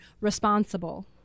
responsible